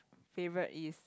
favourite is